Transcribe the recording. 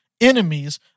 enemies